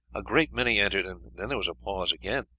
a great many entered and then there was a pause again.